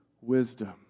wisdom